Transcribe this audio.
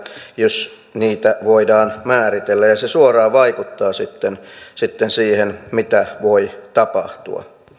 jos niitä voidaan määritellä ja se suoraan vaikuttaa sitten sitten siihen mitä voi tapahtua